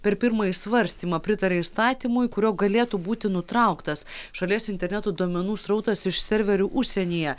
per pirmąjį svarstymą pritarė įstatymui kuriuo galėtų būti nutrauktas šalies interneto duomenų srautas iš serverių užsienyje